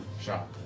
shot